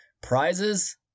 Prizes